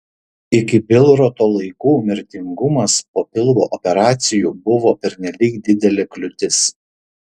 iki bilroto laikų mirtingumas po pilvo operacijų buvo pernelyg didelė kliūtis